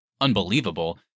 unbelievable